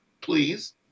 please